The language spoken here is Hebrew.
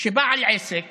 שבעל עסק